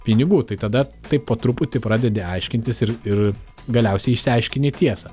pinigų tai tada taip po truputį pradedi aiškintis ir ir galiausiai išsiaiškini tiesą